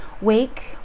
wake